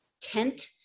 tent